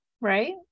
Right